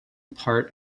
part